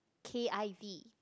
K I V